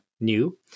new